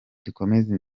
dukomeze